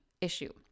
issue